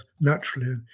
naturally